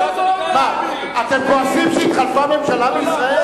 מה, אתם כועסים שהתחלפה ממשלה בישראל?